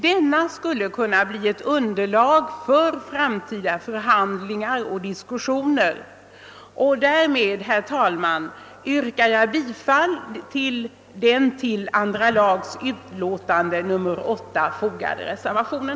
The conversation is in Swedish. Denna skulle kunna bilda underlag för framtida förhandlingar och diskussioner. Med dessa ord, herr talman, yrkar jag bifall till den vid andra lagutskottets utlåtande nr 8 fogade reservationen.